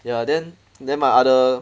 ya then then my other